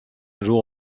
jour